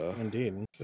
Indeed